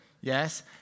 Yes